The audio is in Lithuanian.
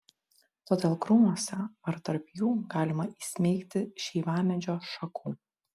todėl krūmuose ar tarp jų galima įsmeigti šeivamedžio šakų